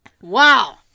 Wow